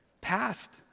past